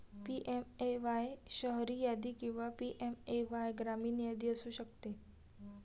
PMAY शहरी यादी किंवा पी.एम.ए.वाय ग्रामीण यादी असू शकते